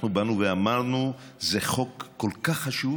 אנחנו באנו ואמרנו: זה חוק כל כך חשוב